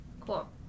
cool